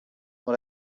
dans